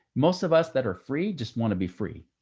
most of us that are free. just want to be free.